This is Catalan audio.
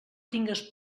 tingues